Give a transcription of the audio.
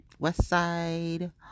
Westside